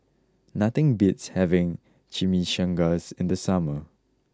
nothing beats having Chimichangas in the summer